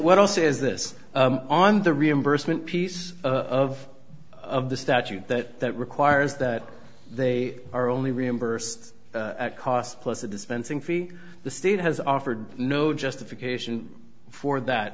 what else is this on the reimbursement piece of of the statute that requires that they are only reimbursed at cost plus a dispensing fee the state has offered no justification for that